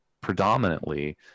predominantly